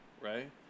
Right